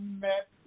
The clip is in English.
met